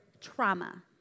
trauma